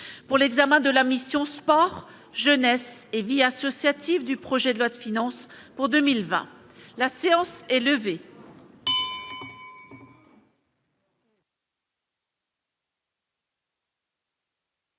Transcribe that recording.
pour l'examen de la mission Sport, jeunesse et vie associative du projet de loi de finances pour 2020 la séance est levée.